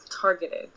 targeted